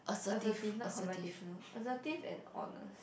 assertive not confrontational assertive and honest